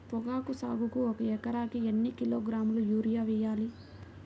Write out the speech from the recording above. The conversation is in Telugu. పొగాకు సాగుకు ఒక ఎకరానికి ఎన్ని కిలోగ్రాముల యూరియా వేయాలి?